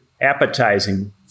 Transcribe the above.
appetizing